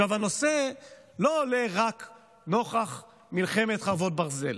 הנושא לא עולה רק נוכח מלחמת חרבות ברזל,